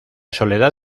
soledad